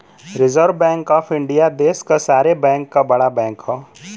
reserve bank of India देश क सारे बैंक क बड़ा बैंक हौ